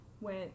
went